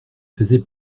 faisait